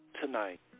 tonight